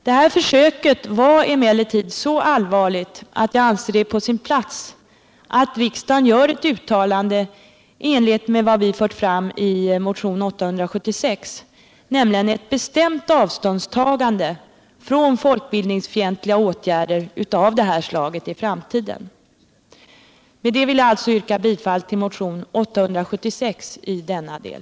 Detta försök var emellertid så allvarligt att jag anser det vara på sin plats att riksdagen gör ett uttalande i enlighet med vad vi fört fram i motionen 876, nämligen ett bestämt avståndstagande från folkbildningsfientliga åtgärder av detta slag i framtiden. Med det anförda vill jag yrka bifall till motionen 876 i denna del.